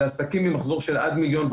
לעסקים עם מחזור של עד 1.5 מיליון.